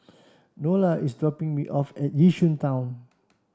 Nola is dropping me off at Yishun Town